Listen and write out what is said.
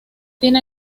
tiene